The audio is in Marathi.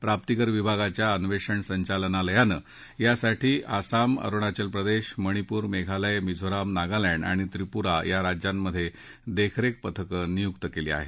प्राप्ती कर विभागाच्या अन्वेषण संचालनालयानं यासाठी आसाम अरुणाचल प्रदेश मणिपूर मेघालय मिझोराम नागालँड आणि त्रिपुरा या राज्यांमध्ये देखरेख पथक नियुक्त केली आहेत